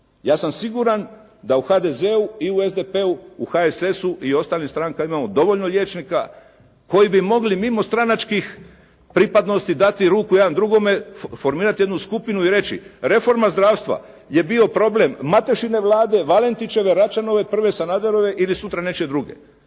Ja sam siguran da u HDZ-u i u SDP-u, u HSS-u i ostalim strankama imamo dovoljno liječnika koji bi mogli mimo stranačkih pripadnosti dati ruku jedan drugome, formirati jednu skupinu i reći: “Reforma zdravstva je bio problem Matošine Vlade, Valentićeve, Račanove, prve Sanaderove ili sutra nečije druge.